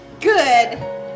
Good